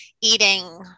eating